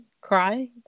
cry